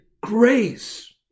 grace